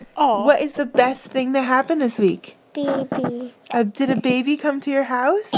aw what is the best thing that happened this week? baby ah did a baby come to your house?